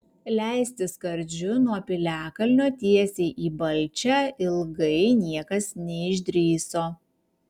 leistis skardžiu nuo piliakalnio tiesiai į balčią ilgai niekas neišdrįso